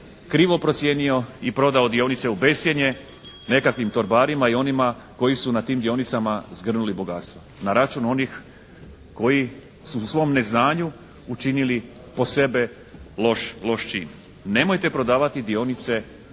krivo procijenio i prodao dionice u bescjenje nekakvim torbarima i onima koji su na tim dionicama zgrnuli bogatstvo na račun onih koji su u svom neznanju učinili po sebe loš čin. Nemojte prodavati dionice Fonda